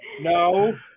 No